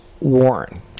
Warren